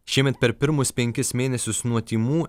šiemet per pirmus penkis mėnesius nuo tymų